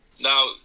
Now